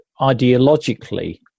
ideologically